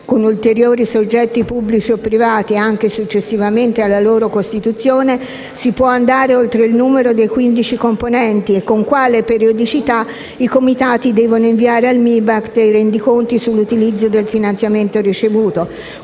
con ulteriori soggetti pubblici o privati anche successivamente alla loro costituzione, si potrà andare oltre il numero dei quindici componenti e con quale periodicità i comitati devono inviare al Ministero i rendiconti sull'utilizzo del finanziamento ricevuto.